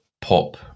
pop